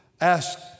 Ask